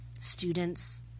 students